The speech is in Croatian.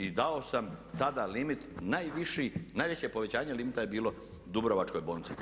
I dao sam tada limit najviši, najveće povećanje limita je bilo Dubrovačkoj bolnici.